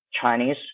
Chinese